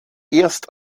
erst